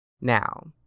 Now